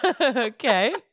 Okay